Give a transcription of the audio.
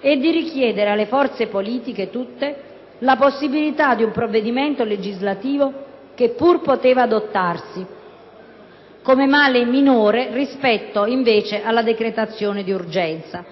e di richiedere alle forze politiche tutte la possibilità di un provvedimento legislativo, che pur poteva adottarsi, come male minore rispetto alla decretazione di urgenza,